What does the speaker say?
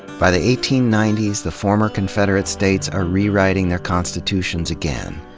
by the eighteen ninety s, the former confederate states are rewriting their constitutions again,